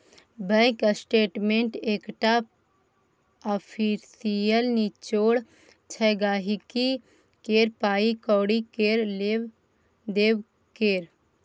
bank statement एकटा official निचोड़ छै गांहिकी केर पाइ कौड़ी केर लेब देब केर